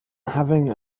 having